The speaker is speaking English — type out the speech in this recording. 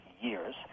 years